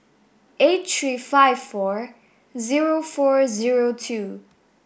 eight three five four zero four zero two